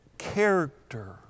character